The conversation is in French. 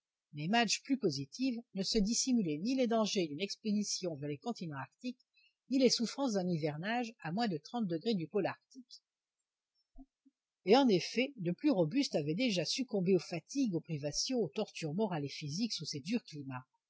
mais madge plus positive ne se dissimulait ni les dangers d'une expédition vers les continents arctiques ni les souffrances d'un hivernage à moins de trente degrés du pôle arctique et en effet de plus robustes avaient déjà succombé aux fatigues aux privations aux tortures morales et physiques sous ces durs climats